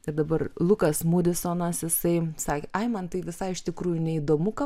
tad dabar lukas mudisonas jisai sakė ai man tai visai iš tikrųjų neįdomu ką